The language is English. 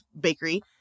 Bakery